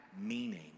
meaning